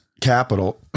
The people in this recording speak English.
Capital